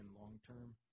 long-term